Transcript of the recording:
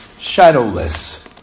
shadowless